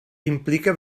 implica